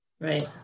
Right